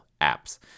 apps